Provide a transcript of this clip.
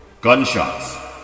Gunshots